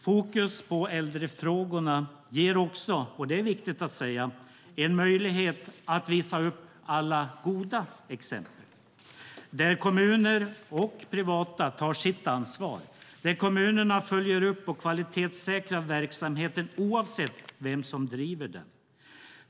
Fokus på äldrefrågorna ger också - och det är viktigt att säga - en möjlighet att visa upp alla goda exempel där kommuner och privata tar sitt ansvar, där kommunerna följer upp och kvalitetssäkrar verksamheten oavsett vem som driver den.